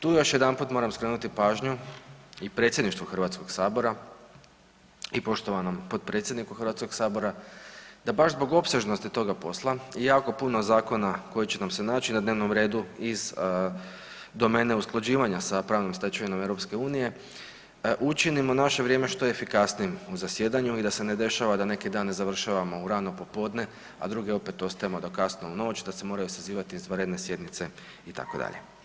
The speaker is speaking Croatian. Tu još jedanput moram skrenuti pažnju i predsjedništvu Hrvatskog sabora i poštovanom potpredsjedniku Hrvatskog sabora da baš zbog opsežnosti toga posla i jako puno zakona koji će nam se naći na dnevnom redu iz domene usklađivanja sa pravnom stečevinom EU učinimo naše vrijeme što efikasnijim u zasjedanju i da se ne dešava da neke dane završavamo u rano popodne, a druge opet ostajemo do kasno u noć, da se moraju sazivati izvanredne sjednice itd.